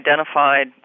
identified